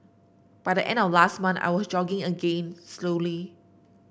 by the end of last month I was jogging again slowly